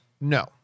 No